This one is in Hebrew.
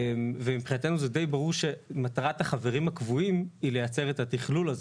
ומבחינתנו זה די ברור שמטרת החברים הקבועים היא לייצר את התכלול הזה.